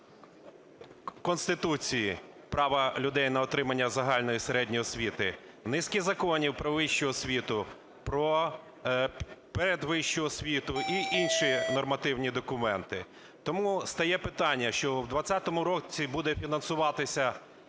Конституції, права людей на отримання загальної середньої освіти, низки законів про вищу освіту, про передвищу освіту і інші нормативні документи. Тому стає питання, що в 20-му році буде фінансуватися